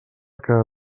que